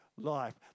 Life